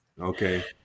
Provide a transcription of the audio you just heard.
Okay